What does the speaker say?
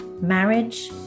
marriage